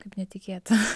kaip netikėta